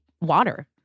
water